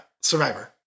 Survivor